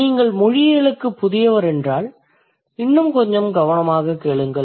நீங்கள் மொழியியலுக்கு புதியவராக இருந்தால் இன்னும் கொஞ்சம் கவனமாகக் கேளுங்கள்